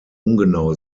ungenau